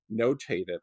notated